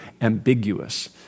ambiguous